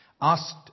asked